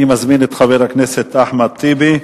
אני מזמין את חבר הכנסת אחמד טיבי.